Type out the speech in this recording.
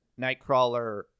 Nightcrawler